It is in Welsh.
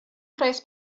mhres